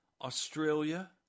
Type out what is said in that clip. Australia